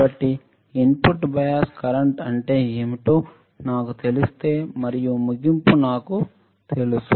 కాబట్టి input bias current అంటే ఏమిటో నాకు తెలిస్తే మరియు ముగింపు నాకు తెలుసు